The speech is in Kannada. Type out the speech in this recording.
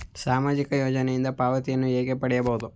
ಸಾಮಾಜಿಕ ಯೋಜನೆಯಿಂದ ಪಾವತಿಯನ್ನು ಹೇಗೆ ಪಡೆಯುವುದು?